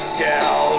tell